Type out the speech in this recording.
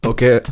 Okay